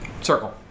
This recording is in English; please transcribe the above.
Circle